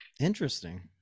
Interesting